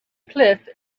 cliff